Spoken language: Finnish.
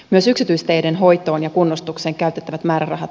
myös yksityisteiden hoitoon ja kunnostukseen käytettävät määrärahat